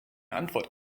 antwort